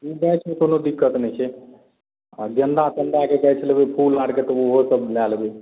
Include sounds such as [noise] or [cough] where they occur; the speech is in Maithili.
[unintelligible] कोनो दिक्कत नहि छै आ गेंदा तेंदाके गाछ लेबै फूल आरके तऽ ओहो सब लए लेबै